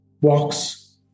walks